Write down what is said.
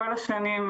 כל השנים,